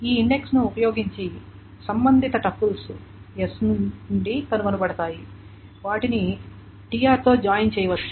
ఈ ఇండెక్స్ ను ఉపయోగించి సంబంధిత టపుల్స్ s నుండి కనుగొనబడతాయి వాటిని tr తో జాయిన్ చేయవచ్చు